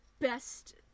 best